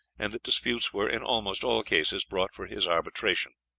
and that disputes were in almost all cases brought for his arbitration.